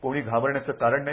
कोणी घाबरण्याचं कारण नाही